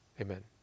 Amen